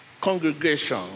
congregation